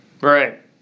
Right